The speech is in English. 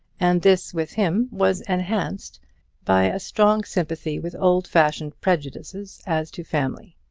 and this with him was enhanced by a strong sympathy with old-fashioned prejudices as to family.